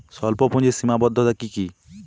স্বল্পপুঁজির সীমাবদ্ধতা কী কী?